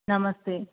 नमस्ते